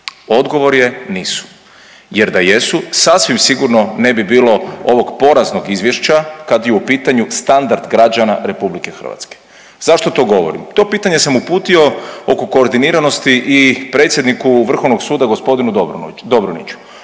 Odgovor je nisu, jer da jesu sasvim sigurno ne bi bilo ovog poraznog Izvješća kada je u pitanju standard građana Republike Hrvatske. Zašto to govorim? To pitanje sam uputio oko koordiniranosti i predsjedniku Vrhovnog suda gospodinu Dobroniću.